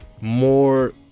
more